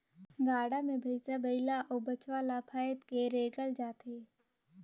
गाड़ा मे भइसा बइला अउ बछवा ल फाएद के रेगाल जाथे